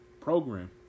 program